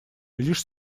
лишь